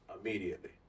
immediately